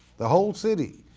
the whole city,